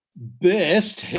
best